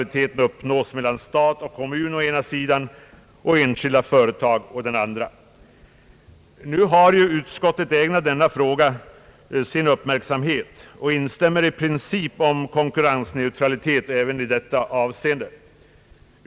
Nu har utskottet ägnat denna fråga sin uppmärksamhet och instämmer i princip om konkurrensneutralitet även i detta avseende.